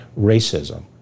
racism